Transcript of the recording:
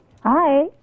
Hi